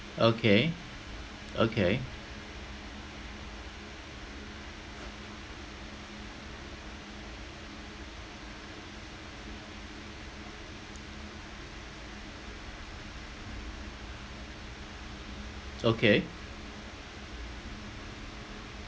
okay okay it's okay